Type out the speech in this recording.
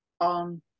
on